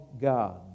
God